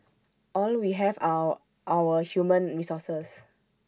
all we have are our human resources